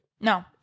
No